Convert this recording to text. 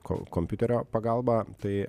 ko kompiuterio pagalba tai